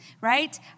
right